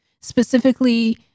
specifically